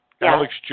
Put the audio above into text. Alex